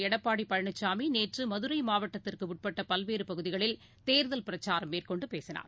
எடப்பாடிபழனிசாமி நேற்றுமதுரைமாவட்டத்திற்குஉட்பட்டபல்வேறுபகுதிகளில் தேர்தல் பிரச்சாரம் மேற்கொண்டுபேசினார்